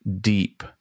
deep